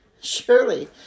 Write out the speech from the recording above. Surely